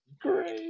great